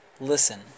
listen